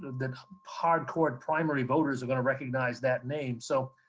that hard core primary voters are gonna recognize that name. so,